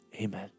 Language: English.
Amen